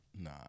Nah